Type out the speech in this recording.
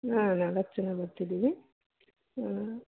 ಹಾಂ ನಾಲ್ಕು ಜನ ಬರ್ತಿದ್ದೀವಿ